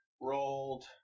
rolled